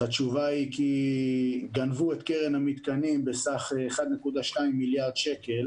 אז התשובה היא כי גנבו את קרן המתקנים בסך 1.2 מיליארד שקלים